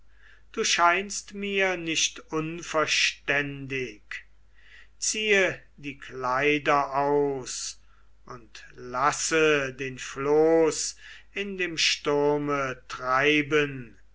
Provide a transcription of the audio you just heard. du scheinst mir nicht unverständig ziehe die kleider aus und lasse den floß in dem sturme treiben